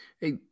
Hey